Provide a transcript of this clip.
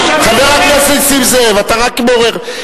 אתה רק מעורר,